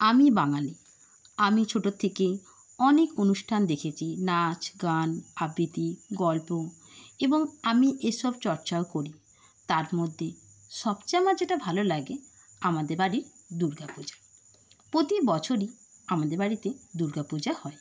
আমি বাঙালি আমি ছোট থেকেই অনেক অনুষ্ঠান দেখেছি নাচ গান আবৃত্তি গল্প এবং আমি এসব চর্চাও করি তার মধ্যে সবচেয়ে আমার যেটা ভালো লাগে আমাদের বাড়ির দুর্গাপূজা প্রতি বছরই আমাদের বাড়িতে দুর্গাপূজা হয়